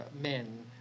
men